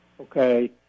Okay